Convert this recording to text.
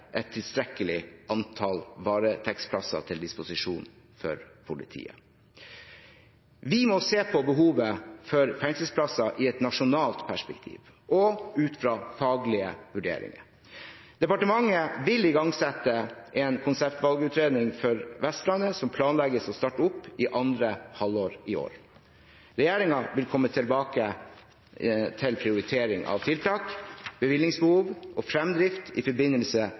et tilstrekkelig antall varetektsplasser til disposisjon for politiet. Vi må se på behovet for fengselsplasser i et nasjonalt perspektiv og ut fra faglige vurderinger. Departementet vil igangsette en konseptvalgutredning for Vestlandet, som planlegges å starte opp i andre halvår i år. Regjeringen vil komme tilbake til prioritering av tiltak, bevilgningsbehov og framdrift i forbindelse